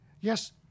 yes